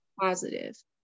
positive